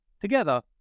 Together